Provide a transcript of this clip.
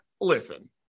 listen